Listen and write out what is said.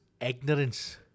ignorance